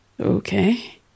Okay